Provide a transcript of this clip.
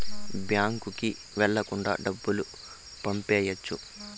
బ్యాంకుకి వెళ్ళకుండా డబ్బులు పంపియ్యొచ్చు